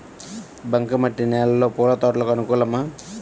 బంక మట్టి నేలలో పూల తోటలకు అనుకూలమా?